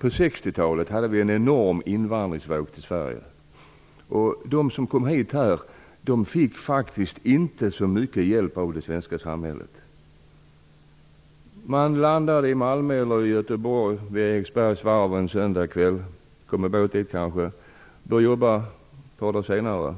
På 60-talet hade vi en enorm invandringsvåg till Sverige. De som kom hit fick faktiskt inte mycket hjälp av det svenska samhället. Man kom kanske med båt till Malmö eller Göteborg, steg i land vid Eriksbergs varv en söndagkväll och började jobba ett par dagar senare.